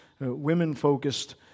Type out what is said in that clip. women-focused